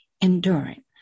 enduring